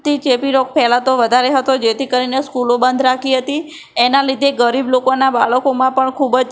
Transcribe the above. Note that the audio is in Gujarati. તે ચેપી રોગ ફેલાતો વધારે હતો જેથી કરીને સ્કૂલો બંધ રાખી હતી એના લીધે ગરીબ લોકોના બાળકોમાં પણ ખૂબ જ